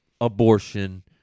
abortion